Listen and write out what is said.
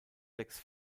sechs